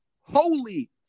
holy